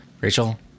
Rachel